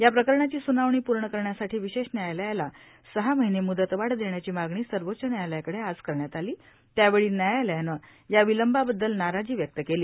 या प्रकरणाची सुनावणी पूर्ण करण्यासाठी विशेष न्यायालयाला सहा महिने मुदतवाढ देण्याची मागणी सर्वोच्च न्यायालयाको आज करण्यात आलीए त्यावेळी न्यायालयानं या विलंबाबददल नाराजी व्यक्त केली